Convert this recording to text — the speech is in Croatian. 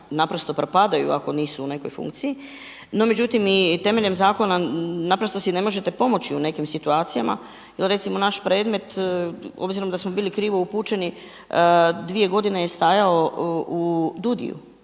naprosto propadaju ako nisu u nekoj funkciji. No, međutim i temeljem zakona naprosto si ne možete pomoći u nekim situacijama jer recimo naše predmet obzirom da smo bili krivo upućeni dvije godine je stajao u DUUDI-u,